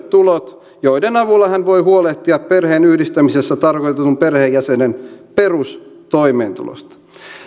tulot joiden avulla hän voi huolehtia perheenyhdistämisessä tarkoitetun perheenjäsenen perustoimeentulosta